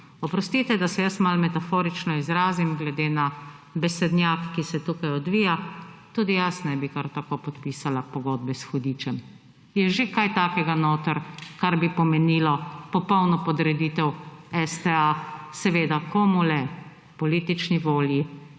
Oprostite, da se jaz malo metaforično izrazim glede na besednjak, ki se tukaj odvija, tudi jaz ne bi kar tako podpisala pogodbe s hudičem. Je že kaj takega noter, kar bi pomenilo popolno podreditev STA seveda komu le, politični volji